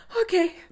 okay